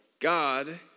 God